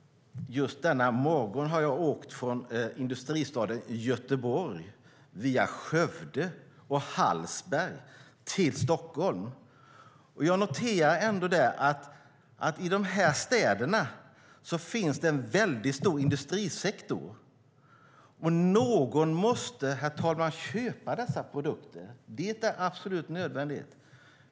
Just denna morgon har jag åkt från industristaden Göteborg, via Skövde och Hallsberg, till Stockholm. Jag noterar att i dessa städer finns det en stor industrisektor. Och någon måste, herr talman, köpa produkterna. Det är absolut nödvändigt.